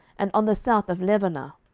and on the south of lebonah.